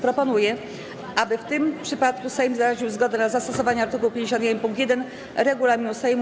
Proponuję, aby w tych przypadkach Sejm wyraził zgodę na zastosowanie art. 51 pkt 1 regulaminu Sejmu.